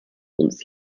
uns